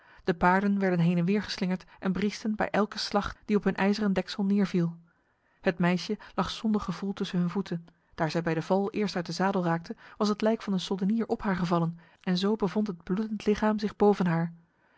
de paarden werden heen en weer geslingerd en briesten bij elke slag die op hun ijzeren deksel neerviel het meisje lag zonder gevoel tussen hun voeten daar zij bij de val eerst uit de zadel raakte was het lijk van de soldenier op haar gevallen en zo bevond het bloedend lichaam zich boven